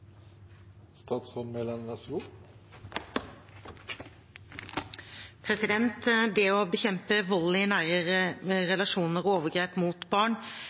Det å bekjempe vold i nære relasjoner og overgrep mot barn